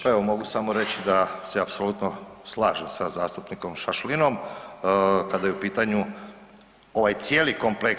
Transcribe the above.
Pa evo mogu samo reći da se apsolutno slažem sa zastupnikom Šašlinom kada je u pitanju ovaj cijeli kompleks.